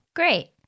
great